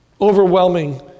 overwhelming